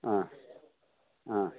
ആ ആ